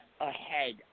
ahead